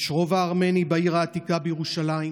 יש רובע ארמני בעיר העתיקה בירושלים,